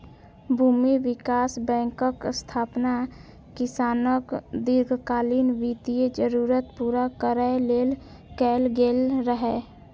भूमि विकास बैंकक स्थापना किसानक दीर्घकालीन वित्तीय जरूरत पूरा करै लेल कैल गेल रहै